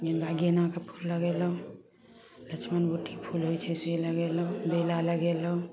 गेन्दा गेनाके फूल लगेलहुँ लक्ष्मण बूटी फूल होइ छै से लगेलहुँ बेला लगेलहुँ